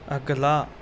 اگلا